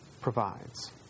provides